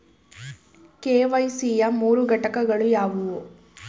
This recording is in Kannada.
ಕೆ.ವೈ.ಸಿ ಯ ಮೂರು ಘಟಕಗಳು ಯಾವುವು?